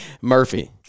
murphy